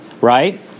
right